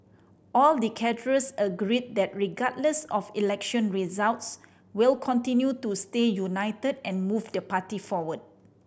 all the cadres agree that regardless of election results we'll continue to stay united and move the party forward